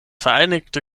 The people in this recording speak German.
vereinigte